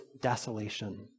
desolation